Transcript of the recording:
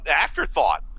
afterthought